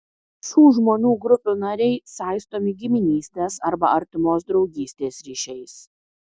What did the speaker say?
šių žmonių grupių nariai saistomi giminystės arba artimos draugystės ryšiais